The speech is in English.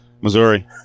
Missouri